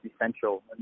essential